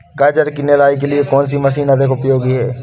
गाजर की निराई के लिए कौन सी मशीन अधिक उपयोगी है?